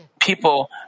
people